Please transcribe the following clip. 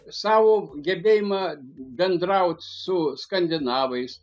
savo gebėjimą bendraut su skandinavais